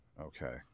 Okay